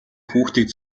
хүүхдийг